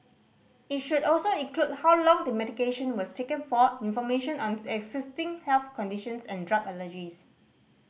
it should also include how long the medication was taken for information on existing health conditions and drug allergies